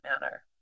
manner